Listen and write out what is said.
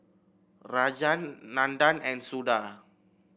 Rajan Nandan and Suda